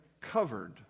covered